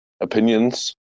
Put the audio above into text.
opinions